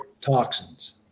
toxins